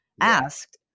asked